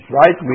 right